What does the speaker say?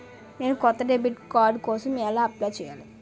నేను కొత్త debit card కోసం ఎలా అప్లయ్ చేయాలి?